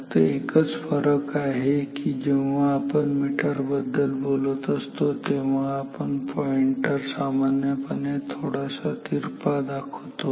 फक्त एकच फरक आहे की जेव्हा आपण मीटर बद्दल बोलत असतो तेव्हा आपण पॉईंटर सामान्यपणे थोडासा तिरपा दाखवतो